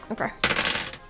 Okay